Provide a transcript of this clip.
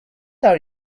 are